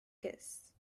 kiss